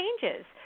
changes